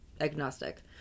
Agnostic